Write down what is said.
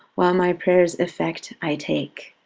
while my prayer's effect i take.